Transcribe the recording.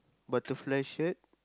butterfly shirt